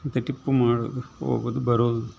ಮತ್ತು ಟಿಪ್ಪು ಮಾಡು ಹೋಗೋದು ಬರೋದು